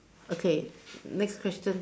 okay next question